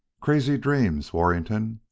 crazy dreams, warrington?